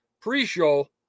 pre-show